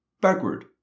backward